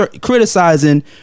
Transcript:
criticizing